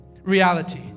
reality